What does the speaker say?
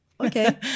okay